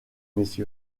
mrs